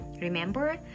Remember